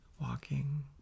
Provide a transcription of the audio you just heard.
walking